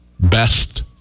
best